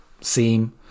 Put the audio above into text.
seem